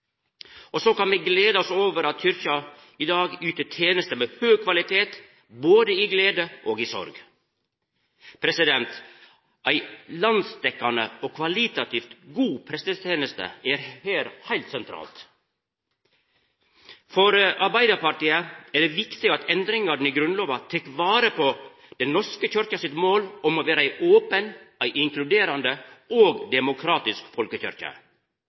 kan gleda oss over at Kyrkja i dag yter tenester med høg kvalitet, både i glede og i sorg. Ei landsdekkjande og kvalitativt god presteteneste er her heilt sentralt. For Arbeidarpartiet er det viktig at endringane i Grunnlova tek vare på Den norske kyrkja sitt mål om å vera ei open, inkluderande og demokratisk